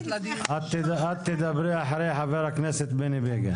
את תדברי אחרי חבר הכנסת בני בגין.